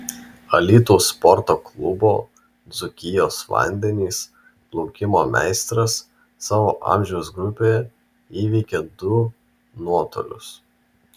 alytaus sporto klubo dzūkijos vandenis plaukimo meistras savo amžiaus grupėje įveikė du nuotolius